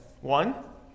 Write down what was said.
one